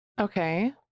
Okay